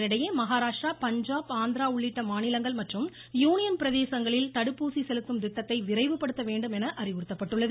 இதனிடையே மஹாராஷ்டிரா பஞ்சாப் ஆந்திரா உள்ளிட்ட மாநிலங்கள் மற்றும் யூனியன் பிரதேசங்களில் தடுப்பூசி செலுத்தும் திட்டத்தை விரைவுபடுத்த வேண்டும் என அறிவுறுத்தப்பட்டுள்ளது